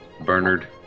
Bernard